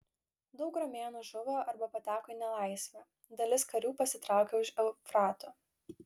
daug romėnų žuvo arba pateko į nelaisvę dalis karių pasitraukė už eufrato